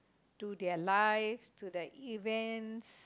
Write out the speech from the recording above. to their life to their event